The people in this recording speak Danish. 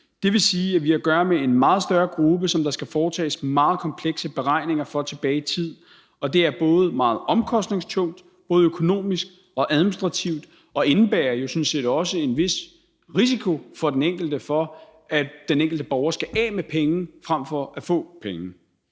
Det vil sige, at vi har at gøre med en meget større gruppe, som der skal foretages meget komplekse beregninger for tilbage i tiden, og det er både meget omkostningstungt, både økonomisk og administrativt, og det indebærer jo sådan set også en vis risiko for den enkelte for, at den enkelte borger skal af med penge frem for at få penge.